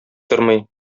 тормый